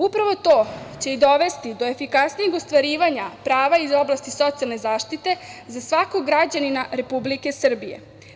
Upravo to će i dovesti do efikasnijeg ostvarivanja prava iz oblasti socijalne zaštite za svakog građanina Republike Srbije.